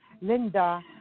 Linda